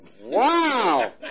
wow